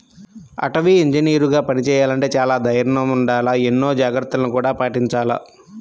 అటవీ ఇంజనీరుగా పని చెయ్యాలంటే చానా దైర్నం ఉండాల, ఎన్నో జాగర్తలను గూడా పాటించాల